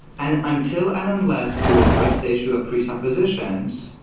and until and unless you address the issue of presuppositions,